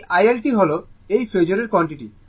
এই iL টি হল এটি ফেজোরের কোয়ান্টিটি